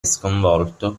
sconvolto